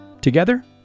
Together